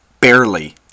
barely